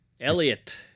Elliot